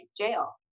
jail